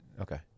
Okay